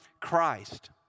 Christ